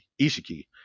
Ishiki